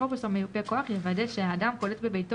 אפוטרופוס או מיופה כוח יוודא שהאדם קולט בביתו